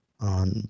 On